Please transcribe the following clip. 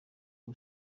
ubu